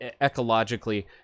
ecologically